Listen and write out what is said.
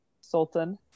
Sultan